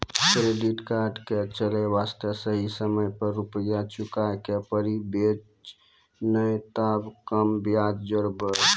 Credit card के चले वास्ते सही समय पर रुपिया चुके के पड़ी बेंच ने ताब कम ब्याज जोरब?